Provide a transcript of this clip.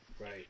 Right